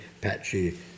patchy